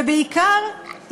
ובעיקר,